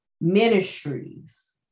ministries